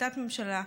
החלטת ממשלה,